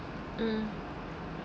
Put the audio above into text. mm